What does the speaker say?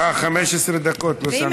אה, 15 דקות, לא שמתי לב.